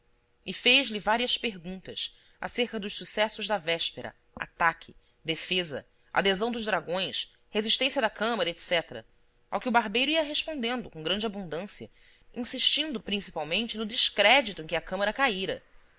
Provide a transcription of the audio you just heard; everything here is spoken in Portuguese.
e fez-lhe várias perguntas acerca dos sucessos da véspera ataque defesa adesão dos dragões resistência da câmara etc ao que o barbeiro ia respondendo com grande abundância insistindo principalmente no descrédito em que a câmara caíra